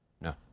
No